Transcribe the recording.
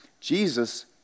Jesus